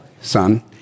son